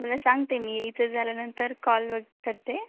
तुला सांगते मी इथं झाल्यानंतर कॉल वगैरे करते